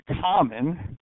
common